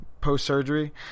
post-surgery